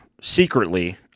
secretly